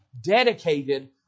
dedicated